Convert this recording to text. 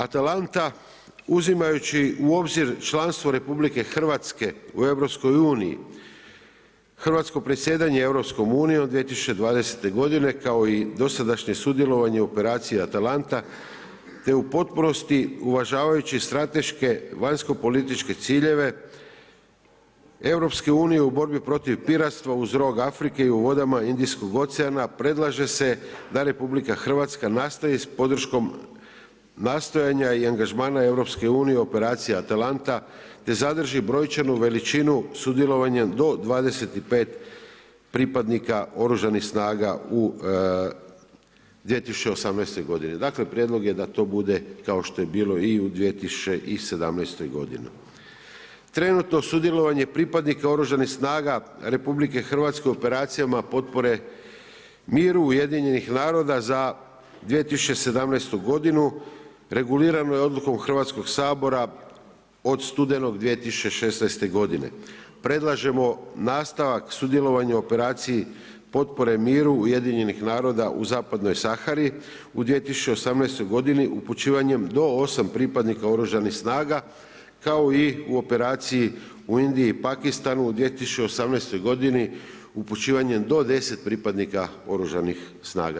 Atelanta, uzimajući u obzir članstvo RH u EU, Hrvatsko predsjedanje EU 2020. g. kao i dosadašnje sudjelovanje u operaciji Atelanta, te u potpunosti uvažavajući strateške, vanjskopolitičke ciljeve, EU u borbi protiv piratstva uz rog Afrike i u vodama Indijskog oceana, predlaže se da RH nastavi s podrškom nastojanja i angažmana EU u operaciji Atelanta, te zadrži brojčanu veličinu sudjelovanjem do 25 pripadnika oružanih snaga u 2018. g. Dakle, prijedlog je da to bude kao što je to bilo i u 2017. g. Trenutno sudjelovanje pripadnika oružanih snaga RH u operacijama potpore, miru UN, za 2017. regulirano je odlukom Hrvatskog sabora od studenoga 2016. g. Predlažemo nastavak sudjelovanja u operaciji potpore miru UN u Zapadnoj Sahari u 2017. g. upućivanjem do 8 pripadnika oružanih snaga, kao i u operaciji u Indiji i Pakistanu u 2018.g. upućivanje do 10 pripadnika oružanih snaga.